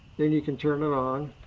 then you can turn it on.